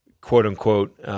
quote-unquote